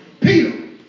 Peter